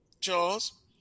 Charles